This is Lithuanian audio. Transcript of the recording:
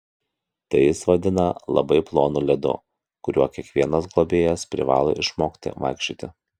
tai jis vadina labai plonu ledu kuriuo kiekvienas globėjas privalo išmokti vaikščioti